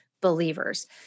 believers